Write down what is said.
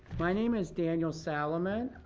my name is daniel solomon.